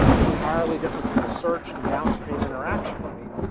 is entirely different from the search and downstream interaction. i mean,